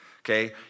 Okay